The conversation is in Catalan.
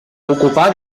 ocupà